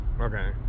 okay